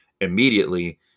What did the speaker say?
immediately